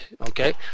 okay